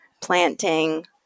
planting